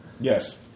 Yes